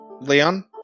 Leon